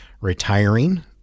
retiring